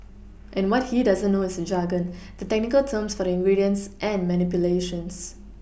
and what he doesn't know is jargon the technical terms for the ingredients and manipulations